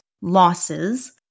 losses